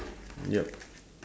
ya